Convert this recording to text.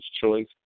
choice